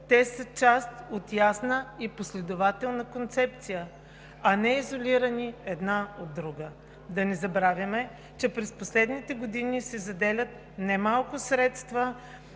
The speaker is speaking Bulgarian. Те са част от ясна и последователна концепция, а не изолирани една от друга. Да не забравяме, че през последните години се заделят немалко средства